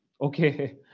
Okay